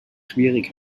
schwierig